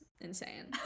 insane